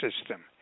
system